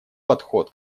подход